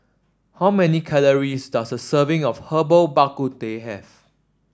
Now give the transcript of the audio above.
how many calories does a serving of Herbal Bak Ku Teh have